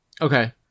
Okay